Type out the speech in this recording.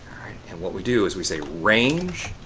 and what we do is we say, range